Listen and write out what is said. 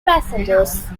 passengers